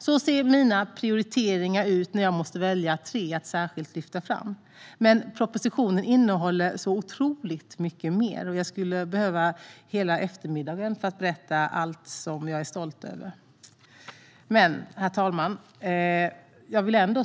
Så ser mina prioriteringar ut när jag måste välja tre att särskilt lyfta fram. Men propositionen innehåller så otroligt mycket mer, och jag skulle behöva hela eftermiddagen för att berätta allt som jag är stolt över. Herr talman!